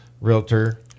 realtor